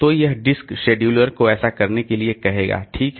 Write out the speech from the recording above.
तो यह disk scheduler को ऐसा करने के लिए कहेगा ठीक है